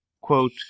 quote